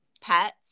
pets